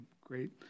great